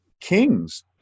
kings